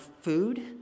food